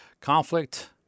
conflict